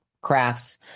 crafts